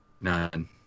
None